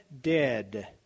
dead